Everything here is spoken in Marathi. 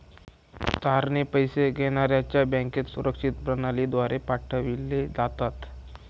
तारणे पैसे घेण्याऱ्याच्या बँकेत सुरक्षित प्रणालीद्वारे पाठवले जातात